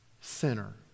sinner